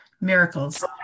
miracles